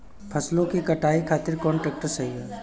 फसलों के कटाई खातिर कौन ट्रैक्टर सही ह?